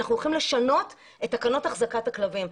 אנחנו הולכים לשנות את תקנות החזקת הכלבים.